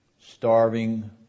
starving